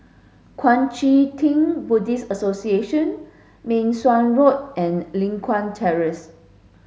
Kuang Chee Tng Buddhist Association Meng Suan Road and Li Hwan Terrace